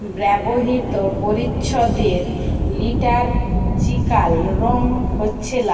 ব্যবহৃত পরিচ্ছদের লিটার্জিকাল রঙ হচ্ছে লাল